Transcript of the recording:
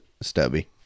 stubby